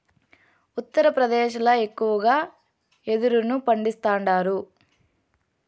ఉత్తరప్రదేశ్ ల ఎక్కువగా యెదురును పండిస్తాండారు